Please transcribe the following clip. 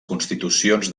constitucions